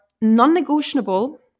non-negotiable